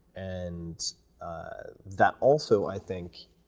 and ah that also, i think,